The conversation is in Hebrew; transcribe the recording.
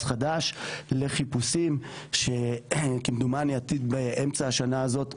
חדש לחיפושים שכמדומני עתיד באמצע השנה הזאת,